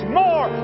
more